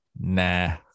Nah